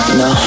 no